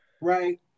right